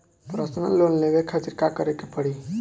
Personal loan लेवे खातिर का करे के पड़ी?